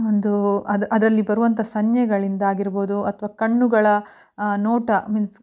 ಒಂದು ಅದರಲ್ಲಿ ಬರುವಂಥ ಸನ್ನೆಗಳಿಂದ ಆಗಿರ್ಬೋದು ಅಥವಾ ಕಣ್ಣುಗಳ ನೋಟ ಮೀನ್ಸ್